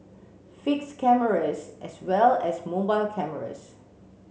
fixed cameras as well as mobile cameras